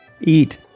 Eat